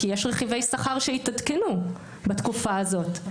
כי יש רכיבי שכר שהתעדכנו בתקופה הזאת,